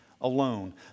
alone